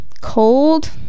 cold